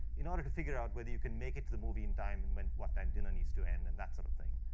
in order to figure out whether you can make it to the movie on time, and and what time dinner needs to end, and that sort of thing.